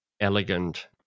elegant